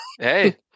Hey